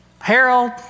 Harold